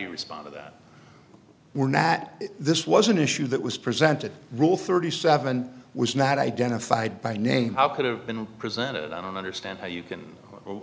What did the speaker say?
you respond to that we're now that this was an issue that was presented rule thirty seven was not identified by name how could have been presented i don't understand how you can